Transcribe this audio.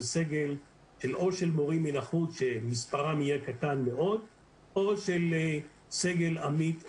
זה סגל של מורים מהחוץ שמספרם יהיה קטן מאוד או סגל עמית הוראה.